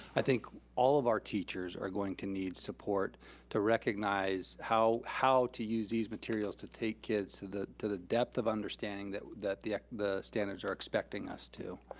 i think all of our teachers are going to need support to recognize how how to use these materials to take kids to the depth of understanding that that the the standards are expecting us to.